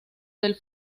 del